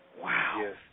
wow